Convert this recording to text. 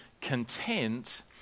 content